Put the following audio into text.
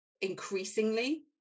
increasingly